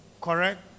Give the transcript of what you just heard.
Correct